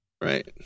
right